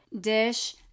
dish